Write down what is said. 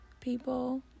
people